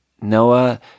Noah